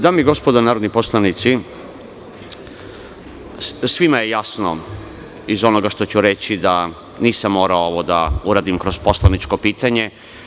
Dame i gospodo narodni poslanici, svima je jasno iz onoga što ću reći da nisam morao ovo da uradim kroz poslaničko pitanje.